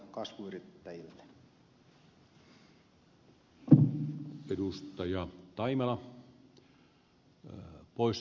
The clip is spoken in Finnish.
arvoisa herra puhemies